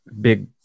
big